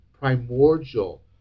primordial